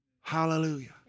Hallelujah